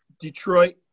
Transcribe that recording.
Detroit